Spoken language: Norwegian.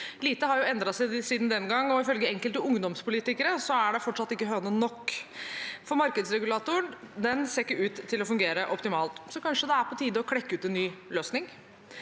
Lite har endret seg siden den gang, og ifølge enkelte ungdomspolitikere er det fortsatt ikke høner nok, for markedsregulatoren ser ikke ut til å fungere optimalt. Kanskje det er på tide å klekke ut en ny løsning.